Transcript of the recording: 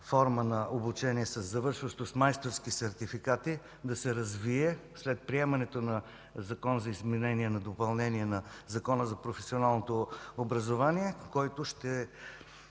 форма на обучение, завършващо с майсторски сертификат, да се развие след приемането на Закон за изменение и допълнение на Закона за професионалното образование, който ще